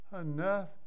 enough